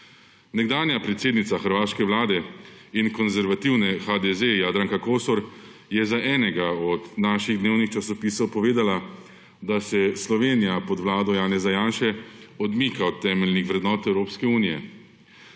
Nekdanja predsednica hrvaške vlade in konservativne HDZ Jadranka Kosor je za enega od naših dnevnih časopisov povedala, da se Slovenija pod vlado Janeza Janše odmika od temeljnih vrednot Evropske unije.